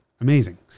Amazing